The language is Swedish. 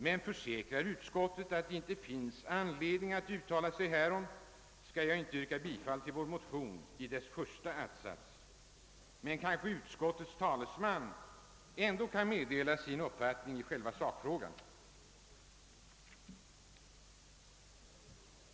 Men försäkrar utskottet att det inte finns anledning att uttala sig härom, skall jag inte yrka bifall till vår motion beträffande dess första att-sats, men utskottets talesman kan kanske ändå meddela sin uppfattning i själva sakfrågan.